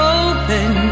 open